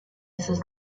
esos